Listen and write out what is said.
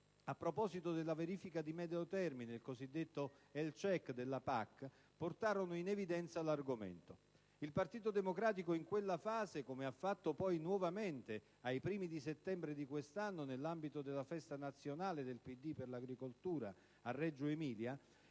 a proposito della verifica di medio termine, il cosiddetto *health* *check* della PAC, portarono in evidenza l'argomento. Il Partito Democratico in quella fase - come ha fatto nuovamente ai primi di settembre di quest'anno nell'ambito della festa nazionale del PD per l'agricoltura a Reggio Emilia